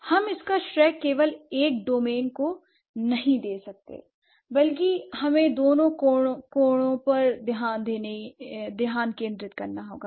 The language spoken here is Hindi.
हम इसका श्रय केवल एक डोमेन को नहीं दे सकते हैं बल्कि हमें दोनों कोणों पर ध्यान केंद्रित करना होगा